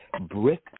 brick